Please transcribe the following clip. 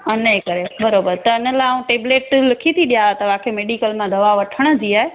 उनजे करे बराबरि त हुन लाइ आऊं टेबलेट लिखी थी ॾियांव तव्हांखे मेडिकल मां दवा वठण जी आहे